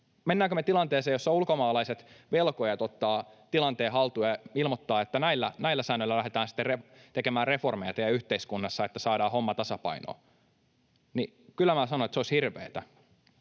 Mennäänkö me tilanteeseen, jossa ulkomaalaiset velkojat ottavat tilanteen haltuun ja ilmoittavat, että näillä säännöillä lähdetään sitten tekemään reformeja teidän yhteiskunnassa, että saadaan homma tasapainoon? Kyllä minä sanon, että se olisi hirveätä.